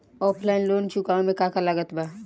Offline loan चुकावे म का का लागत बा?